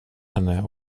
henne